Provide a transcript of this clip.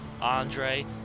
Andre